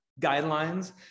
guidelines